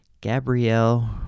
Gabrielle